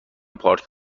پارک